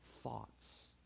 Thoughts